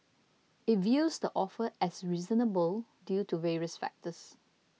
it views the offer as reasonable due to various factors